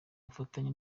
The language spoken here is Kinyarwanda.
bufatanye